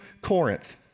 Corinth